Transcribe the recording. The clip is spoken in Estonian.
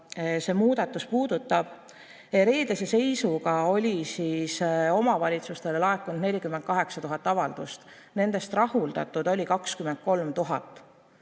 see muudatus võiks puudutada. Reedese seisuga oli omavalitsustele laekunud 48 000 avaldust, nendest rahuldatud oli 23 000.